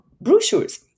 brochures